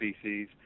species